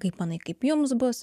kaip manai kaip jums bus